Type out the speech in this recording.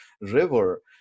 river